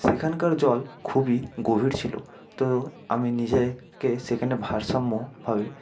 সেখানকার জল খুবই গভীর ছিল তো আমি নিজেকে সেখানে ভারসাম্যভাবে